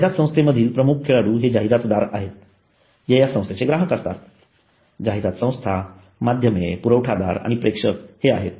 जाहिरात संस्थेमधील प्रमुख खेळाडू हे जाहिरातदार आहेत जे या संस्थेचे ग्राहक असतात जाहिरात संस्था माध्यमे पुरवठादार आणि प्रेक्षक आहेत